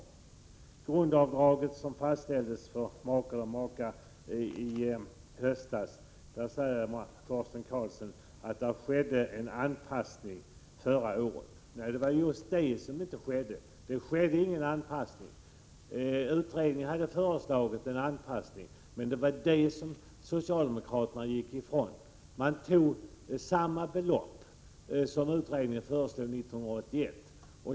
När det gäller grundavdraget för makar som fastställdes i höstas säger Torsten Karlsson att det skedde en anpassning förra året. Men det var just det som inte skedde. Det blev ingen anpassning. Utredningen hade föreslagit en anpassning, men det förslaget gick socialdemokraterna ifrån. Regeringen tog i stället det belopp som utredningen föreslog 1981.